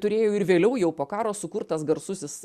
turėjo ir vėliau jau po karo sukurtas garsusis